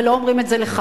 אבל לא אומרים את זה לך.